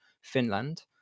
Finland